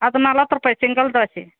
ಅದು ನಲ್ವತ್ತು ರೂಪಾಯಿ ಸಿಂಗಲ್ ದ್ವಾಸೆ